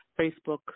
Facebook